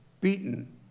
beaten